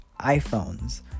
iPhones